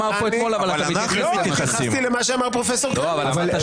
פרופ' קרמניצר.